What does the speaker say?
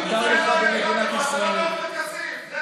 מותר לך במדינת ישראל, לא לעופר כסיף, זה